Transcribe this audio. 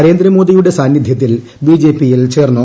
നരേന്ദ്രമോദിയുടെ സാന്നിദ്ധ്യത്തിൽ ബിജെപിയിൽ ചേർന്നു